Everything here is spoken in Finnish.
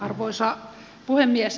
arvoisa puhemies